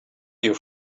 you